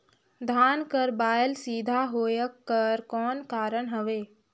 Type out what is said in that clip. धान कर बायल सीधा होयक कर कौन कारण हवे?